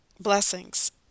Blessings